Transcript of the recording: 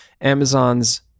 Amazon's